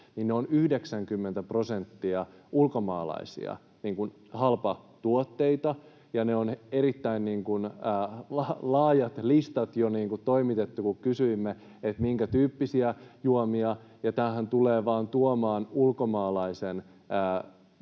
niin 90 prosenttia on ulkomaalaisia halpatuotteita, ja niistä on erittäin laajat listat jo toimitettu, kun kysyimme, minkätyyppisiä juomia, ja tämähän tulee vaan tuomaan tämmöisen